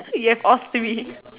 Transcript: you have all three